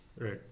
Right